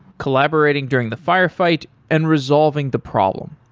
collaborating during the firefight and resolving the problem.